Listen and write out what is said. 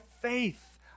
faith